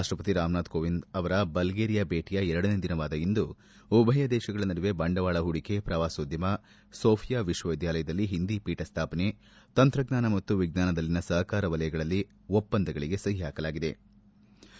ರಾಷ್ಷಪತಿ ರಾಮನಾಥ್ ಕೋವಿಂದ್ ಅವರ ಬಲ್ಗೇರಿಯಾ ಭೇಟಿಯ ಎರಡನೇ ದಿನವಾದ ಇಂದು ಉಭಯ ದೇಶಗಳ ನಡುವೆ ಬಂಡವಾಳ ಹೂಡಿಕೆ ಪ್ರವಾಸೋದ್ಯಮ ಸೋಫಿಯಾ ವಿಶ್ವವಿದ್ಯಾಲಯದಲ್ಲಿ ಹಿಂದಿಪೀಠ ಸ್ಥಾಪನೆ ತಂತ್ರಜ್ಞಾನ ಮತ್ತು ವಿಜ್ಞಾನದಲ್ಲಿನ ಸಹಕಾರ ವಲಯದಲ್ಲಿ ಒಪ್ಪಂದಗಳಿಗೆ ಸಹಿ ಹಾಕಲಾಯಿತು